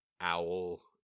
owl